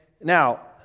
now